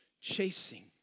chasing